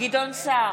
גדעון סער,